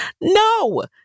No